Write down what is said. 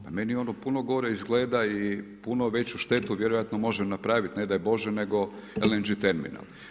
Pa meni ono puno gore izgleda i puno veću štetu vjerojatno može napraviti, ne daj Bože nego LNG terminal.